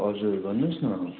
हजुर भन्नुहोस् न